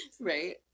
right